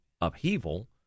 upheaval